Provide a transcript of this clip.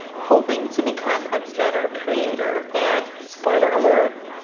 hoping to become a better creator, and spoiler alert,